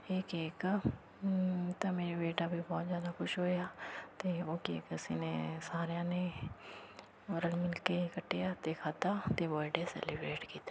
ਇਹ ਕੇਕ ਤਾਂ ਮੇਰਾ ਬੇਟਾ ਵੀ ਬਹੁਤ ਜ਼ਿਆਦਾ ਖੁਸ਼ ਹੋਇਆ ਅਤੇ ਉਹ ਕੇਕ ਅਸੀਂ ਨੇ ਸਾਰਿਆਂ ਨੇ ਰਲ ਮਿਲ ਕੇ ਕੱਟਿਆ ਅਤੇ ਖਾਧਾ ਅਤੇ ਬਰਡੇ ਸੈਲੀਬਰੇਟ ਕੀਤਾ